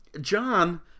John